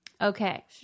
okay